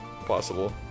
possible